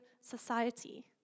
society